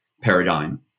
paradigm